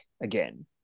again